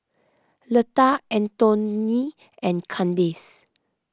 Leta Antone and Kandace